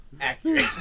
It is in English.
Accurate